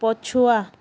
ପଛୁଆ